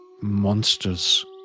Monsters